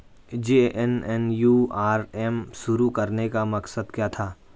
JNNURM शुरू करने का मकसद क्या था?